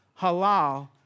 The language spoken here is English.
halal